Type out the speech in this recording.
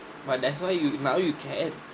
but that's why you my own you can add